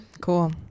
cool